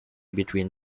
between